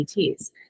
ETs